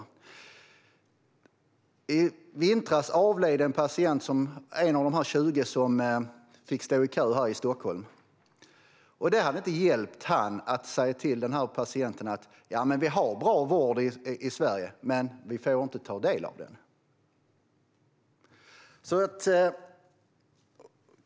I vintras avled en av de 20 patienter som fick stå i kö i Stockholm. Det hade inte hjälpt att säga till patienten: Vi har bra vård i Sverige, men vi får inte ta del av den.